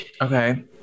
Okay